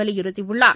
வலியுறுத்தியுள்ளார்